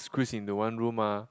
squeeze into one room mah